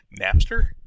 Napster